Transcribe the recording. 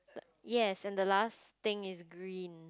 yes and the last thing is green